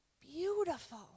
beautiful